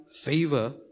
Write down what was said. favor